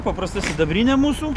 paprasta sidabrinė mūsų